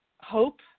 hope